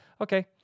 okay